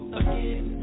again